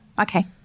okay